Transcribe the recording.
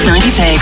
96